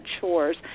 chores